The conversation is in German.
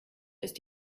ist